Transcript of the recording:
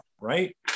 right